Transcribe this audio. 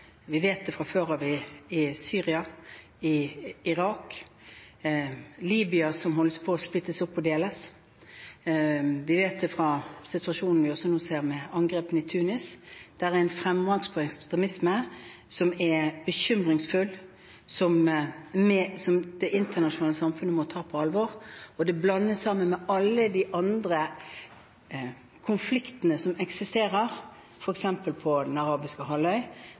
Vi vet det fra før av i Syria, i Irak og i Libya, som holder på å splittes opp og deles, vi vet det fra situasjonen vi også nå ser med angrepene i Tunis, der det er en fremvekst av ekstremisme som er bekymringsfull, og som det internasjonale samfunnet må ta på alvor. Det blandes sammen med alle de andre konfliktene som eksisterer, f.eks. på Den arabiske